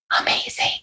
amazing